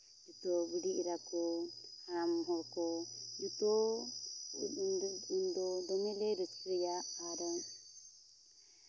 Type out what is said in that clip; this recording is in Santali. ᱡᱚᱛᱚ ᱵᱩᱰᱷᱤ ᱮᱨᱟ ᱠᱚ ᱦᱟᱲᱟᱢ ᱦᱚᱲ ᱠᱚ ᱡᱚᱛᱚ ᱩᱱ ᱫᱚ ᱫᱚᱢᱮ ᱞᱮ ᱨᱟᱹᱥᱠᱟᱹᱭᱟ ᱟᱨ